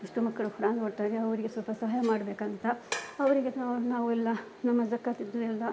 ಎಷ್ಟು ಮಕ್ಕಳು ಕುರಾನ್ ಓದ್ತಾರೆ ಅವರಿಗೆ ಸ್ವಲ್ಪ ಸಹಾಯ ಮಾಡ್ಬೇಕಂತ ಅವರಿಗೆ ನಾವೆಲ್ಲ ನಮ್ಮ ಝಕಾತಿದು ಎಲ್ಲ